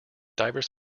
divers